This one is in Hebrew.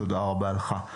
תודה רבה לך,